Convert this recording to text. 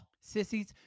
Sissies